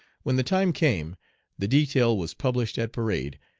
when the time came the detail was published at parade,